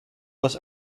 was